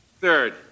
Third